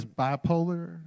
bipolar